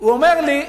הוא אומר לי: